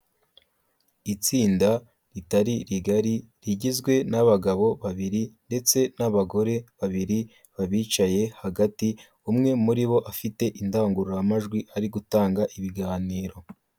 Itsinda ritari rigari rigizwe n'abagabo babiri ndetse n'abagore babiri babicaye hagati, umwe muri bo afite indangururamajwi ari gutanga ibiganiro.